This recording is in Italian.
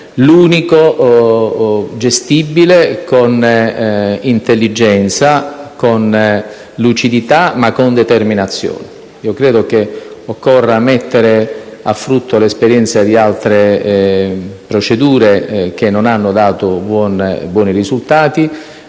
l'unico gestibile, con intelligenza, con lucidità, ma con determinazione. Credo che occorra mettere a frutto l'esperienza di altre procedure che non hanno dato buoni risultati,